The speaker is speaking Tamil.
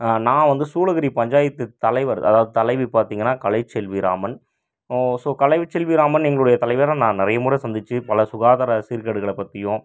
நான் வந்து சூளகிரி பஞ்சாயத்து தலைவர் அதாவது தலைவி பார்த்திங்கன்னா கலைச்செல்வி ராமன் ஸோ கலைச்செல்வி ராமன் எங்களுடைய தலைவராக நான் நிறைய முறை சந்திச்சு பல சுகாதார சீர் கேடுகளை பற்றியும்